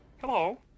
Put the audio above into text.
Hello